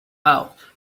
out